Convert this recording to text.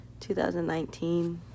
2019